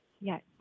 Yes